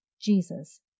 Jesus